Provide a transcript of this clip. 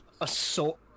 assault